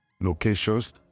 locations